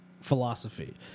philosophy